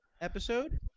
episode